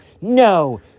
no